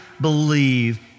believe